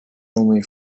only